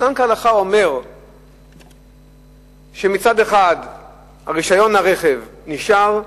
אובדן כהלכה אומר שמצד אחד רשיון הרכב נשאר,